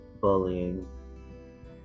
bullying